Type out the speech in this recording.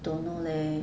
don't know leh